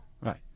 Right